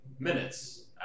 Minutes